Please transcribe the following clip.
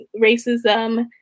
Racism